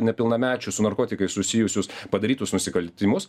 nepilnamečių su narkotikais susijusius padarytus nusikaltimus